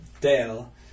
Dale